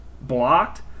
blocked